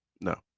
No